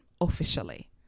officially